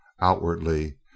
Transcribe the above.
Outwardly